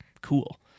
cool